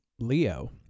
leo